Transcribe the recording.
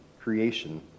creation